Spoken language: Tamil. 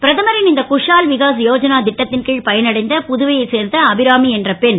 பிரதமரின் இந்த குஷால் விகாஸ் யோஜனா ட்டத் ன் கி பயனடைந்த புதுவையைச் சேர்ந்த அபிராமி என்ற பெண்